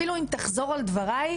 אפילו תחזור על דבריי,